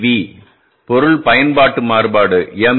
we பொருள் பயன்பாட்டு மாறுபாடு எம்